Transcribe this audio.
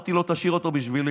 אמרתי לו: תשאיר אותו בשבילי.